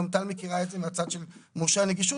גם טל מכירה את זה מהצד של מורשי הנגישות,